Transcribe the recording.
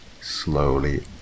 slowly